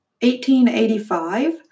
1885